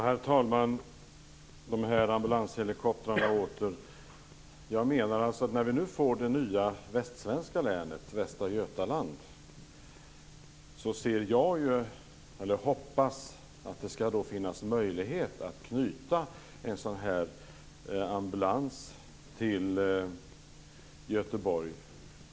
Herr talman! Ambulanshelikoptrarna åter en gång. När vi nu får det nya västsvenska länet, Västra Götaland, hoppas jag att det skall finnas möjlighet att knyta en sådan ambulans till Göteborg.